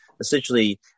essentially